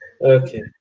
Okay